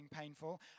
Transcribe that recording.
painful